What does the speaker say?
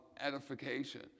edification